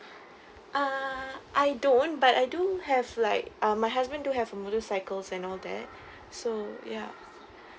uh I don't but I do have like um my husband do have a motorcycles and all that so ya